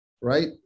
right